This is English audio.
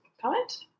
comment